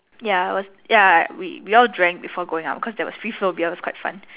ya was ya we we all drank before going pout because there was free flow beer which was quite fun